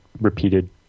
repeated